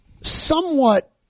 somewhat